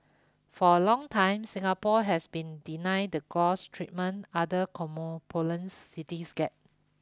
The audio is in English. for a long time Singapore has been denied the treatment other cities get